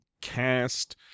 cast